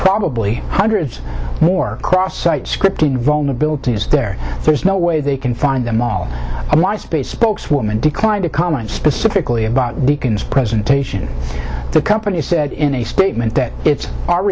probably hundreds more cross sites scripting vulnerability is there there's no way they can find them all i want space spokeswoman declined to comment specifically about the presentation the company said in a statement that it's our